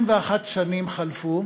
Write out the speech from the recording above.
21 שנים חלפו,